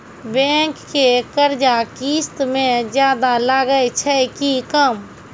Bank के कर्जा किस्त मे ज्यादा लागै छै कि कम?